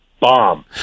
bomb